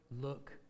look